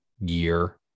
year